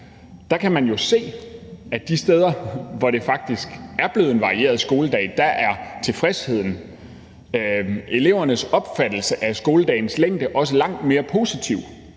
skoledag jo se, at de steder, hvor det faktisk er blevet en varieret skoledag, er elevernes opfattelse af skoledagens længde også langt mere positiv